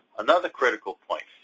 another critical point,